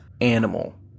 animal